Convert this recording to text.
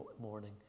morning